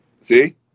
See